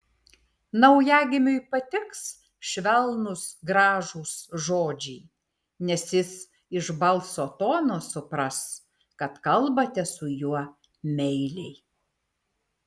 naujagimiui patiks švelnūs gražūs žodžiai nes jis iš balso tono supras kad kalbate su juo meiliai